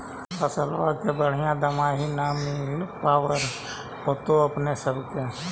फसलबा के बढ़िया दमाहि न मिल पाबर होतो अपने सब के?